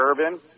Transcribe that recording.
urban